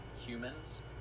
humans